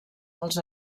els